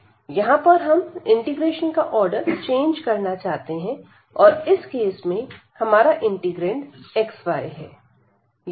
यहां पर हम इंटीग्रेशन का आर्डर चेंज करना चाहते हैं और इस केस में हमारा इंटीग्रैंड xy हैं